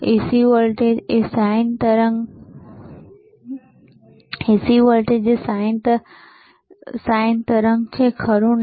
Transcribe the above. AC voltage એ sin તરંગ છે ખરું ને